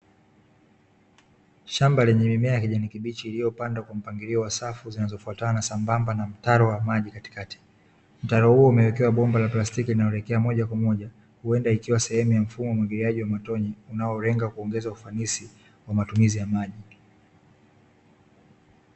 Shamba lenye mimea ya kijani kibichi iliyopandwa kwa mpangilio wa safu zinazofuatana sambamba na mtaro wa maji katikati. Mtaro huo umewekewa bomba la plastiki linaloelekea moja kwa moja huenda, ikiwa sehemu ya mfumo wa umwagiliaji wa matone unaolenga kuongeza ufanisi wa matumizi ya maji.